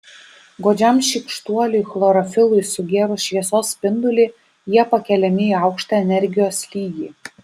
godžiam šykštuoliui chlorofilui sugėrus šviesos spindulį jie pakeliami į aukštą energijos lygį